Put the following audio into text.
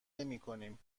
نمیکنیم